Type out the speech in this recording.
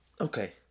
Okay